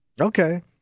Okay